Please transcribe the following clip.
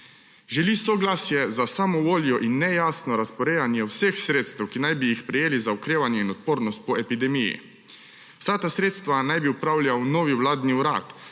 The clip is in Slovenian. Želi soglasje za samovoljo in nejasno razporejanje vseh sredstev, ki naj bi jih prejeli za okrevanje in odpornost po epidemiji. Vsa ta sredstva naj bi upravljal novi vladni urad,